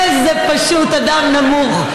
איזה, פשוט אדם נמוך.